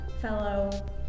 fellow